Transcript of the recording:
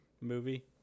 movie